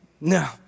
No